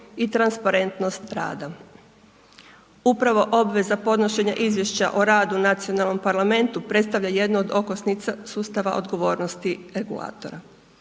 i transparentnost rada. Upravo obveza podnošenja izvješća o radu nacionalnom parlamentu, predstavlja jedno od okosnica sustava odgovornosti regulatora.